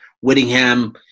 Whittingham –